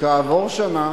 כעבור שנה